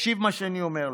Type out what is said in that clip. תקשיב למה שאני אומר לך.